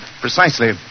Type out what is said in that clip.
Precisely